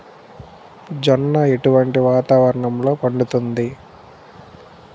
జొన్న ఎటువంటి వాతావరణంలో పండుతుంది?